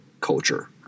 culture